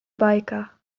bajka